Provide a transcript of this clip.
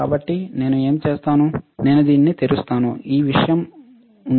కాబట్టి నేను ఏమి చేస్తాను నేను దీనిని తెరుస్తాను ఈ విషయం ఉంది